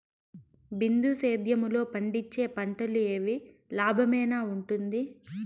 బిందు సేద్యము లో పండించే పంటలు ఏవి లాభమేనా వుంటుంది?